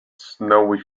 snowy